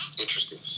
interesting